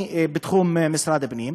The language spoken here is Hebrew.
היא בתחום משרד הפנים,